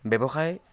ব্যৱসায়